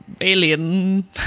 alien